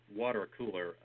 water-cooler